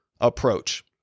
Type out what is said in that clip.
approach